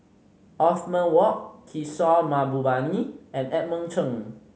Othman Wok Kishore Mahbubani and Edmund Cheng